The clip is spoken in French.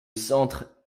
centre